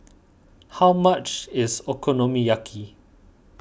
how much is Okonomiyaki